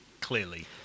clearly